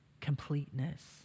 completeness